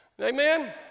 Amen